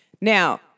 now